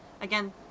again